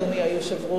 אדוני היושב-ראש,